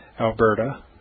Alberta